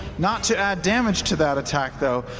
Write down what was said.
not to add damage to that attack, though,